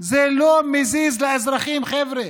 זה לא מזיז לאזרחים, חבר'ה.